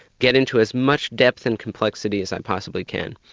get into as much depth and complexity as i possibly can.